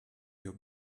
your